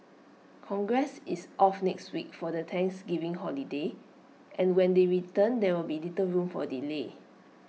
congress is off next week for the Thanksgiving holiday and when they return there will be little room for delay